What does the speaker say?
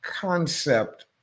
concept